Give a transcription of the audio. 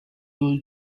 tool